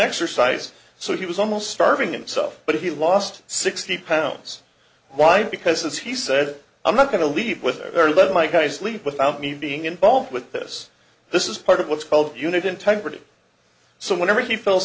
exercise so he was almost starving and stuff but he lost sixty pounds why because he said i'm not going to leave with their lead like i sleep without me being involved with this this is part of what's called unit integrity so whenever he fills